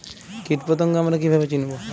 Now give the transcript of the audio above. কীটপতঙ্গ আমরা কীভাবে চিনব?